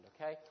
Okay